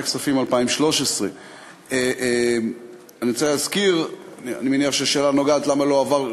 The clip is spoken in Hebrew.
הכספים 2013. 2. אני רוצה להזכיר: אני מניח שהשאלה למה הוא לא עבר,